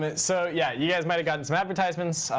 but so yeah, you guys may have gotten some advertisements.